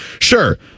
Sure